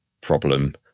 problem